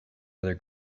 other